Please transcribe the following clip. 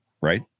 right